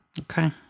Okay